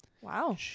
Wow